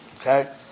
Okay